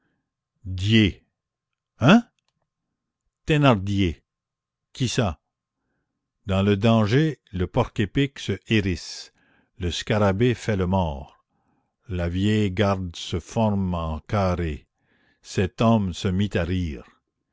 hein thénardier qui ça dans le danger le porc-épic se hérisse le scarabée fait le mort la vieille garde se forme en carré cet homme se